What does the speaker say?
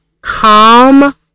calm